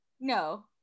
No